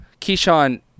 Keyshawn